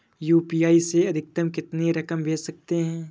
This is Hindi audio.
यू.पी.आई से अधिकतम कितनी रकम भेज सकते हैं?